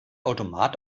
automat